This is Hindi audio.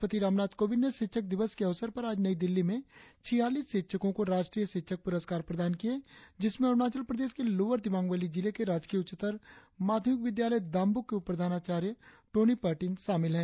राष्ट्रपति रामनाथ कोविंद ने शिक्षक दिवस क अवसर पर आज नई दिल्ली में छियालीस शिक्षकों को राष्ट्रीय शिक्षक प्रस्कार प्रदान किये जिसमें अरुणाचल प्रदेश के लोअर दिबांग वैली जिले के राजकीय उच्चतर माध्यमिक विद्यालय दांब्रक के उप प्रधानाचार्य टोनी पर्टिन शामिल है